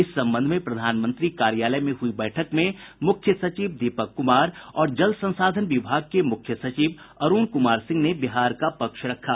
इस संबंध में प्रधानमंत्री कार्यालय में हुई बैठक में मुख्य सचिव दीपक कुमार और जल संसाधन विभाग के मुख्य सचिव अरूण कुमार सिंह ने बिहार का पक्ष रखा